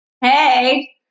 Hey